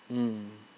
mm